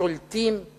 השולטים